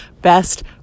best